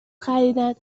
خریدن